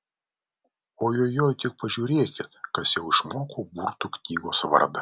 ojojoi tik pažiūrėkit kas jau išmoko burtų knygos vardą